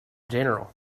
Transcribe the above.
general